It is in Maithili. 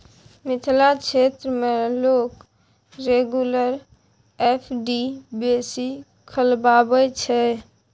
मिथिला क्षेत्र मे लोक रेगुलर एफ.डी बेसी खोलबाबै छै